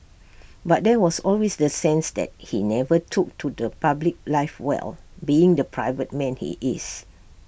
but there was always the sense that he never took to public life well being the private man he is